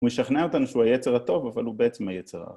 ‫הוא משכנע אותנו שהוא היצר הטוב, ‫אבל הוא בעצם היצר הרע.